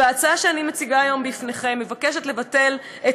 וההצעה שאני מציגה היום לפניכם מבקשת לבטל את